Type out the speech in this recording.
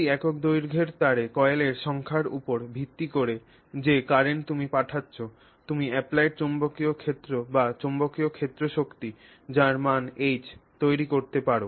প্রতি একক দৈর্ঘ্যের তারে কয়েলের সংখ্যার উপর ভিত্তি করে এবং যে কারেন্ট তুমি পাঠাচ্ছ তুমি অ্যাপ্লায়েড চৌম্বকীয় ক্ষেত্র বা চৌম্বকীয় ক্ষেত্র শক্তি যার মান H তৈরি করতে পার